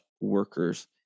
workers